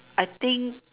I think